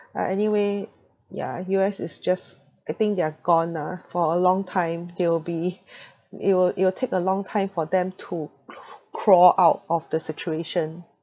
uh anyway yeah U_S is just I think they are gone ah for a long time they will be it will it will take a long time for them to cr~ crawl out of the situation